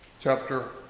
chapter